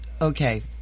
okay